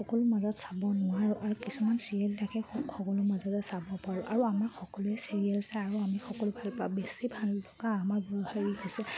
সকলোৰে মাজত চাব নোৱাৰোঁ আৰু কিছুমান চিৰিয়েল থাকে সকলোৰে মাজতে চাব পাৰোঁ আৰু আমাৰ সকলোৱে চিৰিয়েল চাই আৰু আমি সকলো ভাল পাওঁ বেছি ভাললগা আমাৰ হেৰি হৈছে